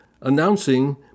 announcing